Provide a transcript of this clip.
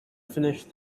finished